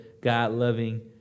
God-loving